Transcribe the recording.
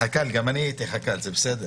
חכ"ל גם אני הייתי חכ"ל, זה בסדר.